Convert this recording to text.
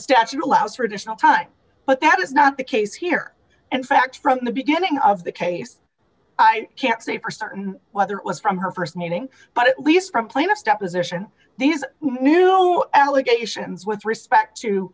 statute allows for additional time but that is not the case here and facts from the beginning of the case i can't say for certain whether it was from her st meeting but at least from plaintiff's deposition these new allegations with respect to